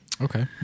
Okay